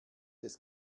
des